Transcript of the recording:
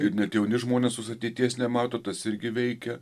ir net jauni žmonės tos ateities nemato tas irgi veikia